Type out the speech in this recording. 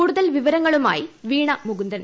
കൂടുതൽ വിവരങ്ങളുമായി വീണ മുകുന്ദൻ